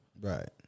Right